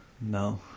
No